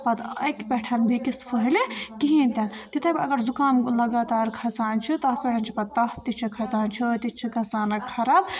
پَتہٕ اَکہِ پٮ۪ٹھ بیٚکِس پھٔہلِتھ کِہیٖنۍ تہِ نہٕ تِتھَے پٲٹھۍ اَگَر زُکان لَگاتار کھَسان چھِ تَتھ پٮ۪ٹھ چھِ پَتہٕ تھپھ تہِ چھِ کھَسان چھٲتۍ تہِ چھِ کھَسان خَراب